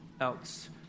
else